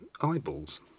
eyeballs